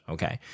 Okay